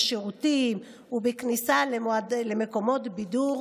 בשירותים ובכניסה למקומות בידור